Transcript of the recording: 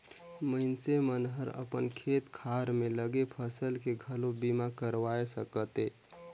मइनसे मन हर अपन खेत खार में लगे फसल के घलो बीमा करवाये सकथे